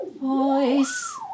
voice